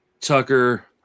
tucker